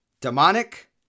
Demonic